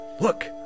Look